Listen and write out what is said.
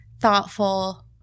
thoughtful